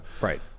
right